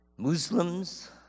Muslims